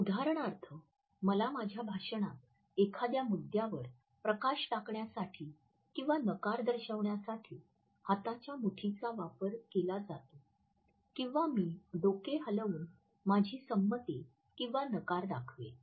उदाहरणार्थ मला माझ्या भाषणात एखाद्या मुद्यावर प्रकाश टाकण्यासाठी किंवा नकार दर्शविण्यासाठी हाताच्या मुठीचा वापर केला जातो किंवा मी डोके हलवून माझी संमती किंवा नकार दाखवेल